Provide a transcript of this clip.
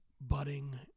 budding